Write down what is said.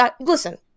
listen